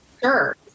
Sure